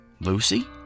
Lucy